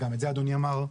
כמו שאדוני אמר,